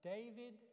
David